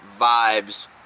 vibes